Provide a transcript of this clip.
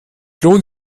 lohnt